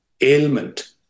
ailment